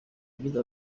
yagize